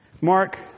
Mark